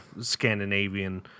Scandinavian